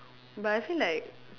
but I feel like